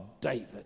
David